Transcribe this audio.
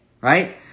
Right